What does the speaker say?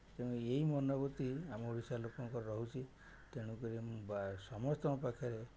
ତେଣୁ ଏହି ମନବୃତ୍ତି ଆମ ଓଡ଼ିଶା ଲୋକଙ୍କର ରହୁଛି ତେଣୁକରି ସମସ୍ତଙ୍କ ପାଖରେ